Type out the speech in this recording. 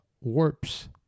warps